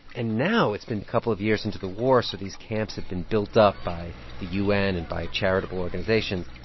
and now it's been a couple of years into the war, so these camps have been built up by the u n. and by charitable organizations.